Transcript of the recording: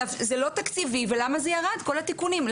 זה לא תקציבי ולמה ירדו כל התיקונים?